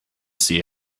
see